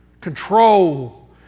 control